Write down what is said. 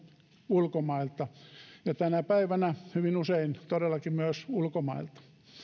ulkomailta ja tänä päivänä hyvin usein todellakin myös ulkomailta